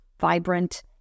vibrant